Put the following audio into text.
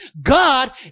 God